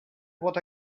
what